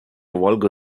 vulgar